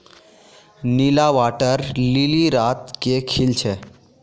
नीला water lily रात के खिल छे